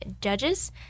judges